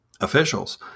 officials